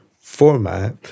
format